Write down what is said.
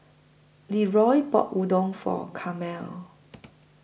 Leeroy bought Udon For Carmel